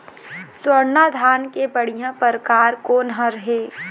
स्वर्णा धान के बढ़िया परकार कोन हर ये?